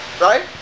right